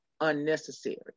unnecessary